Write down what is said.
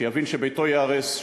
שיבין שביתו ייהרס,